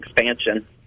expansion